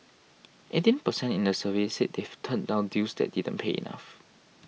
eighteen percent in the survey said they've turned down deals that didn't pay enough